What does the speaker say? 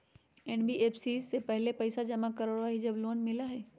NBFC पहले पईसा जमा करवहई जब लोन मिलहई?